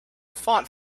font